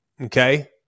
Okay